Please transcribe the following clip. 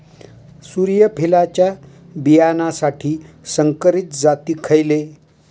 सूर्यफुलाच्या बियानासाठी संकरित जाती खयले?